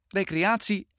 recreatie